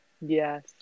Yes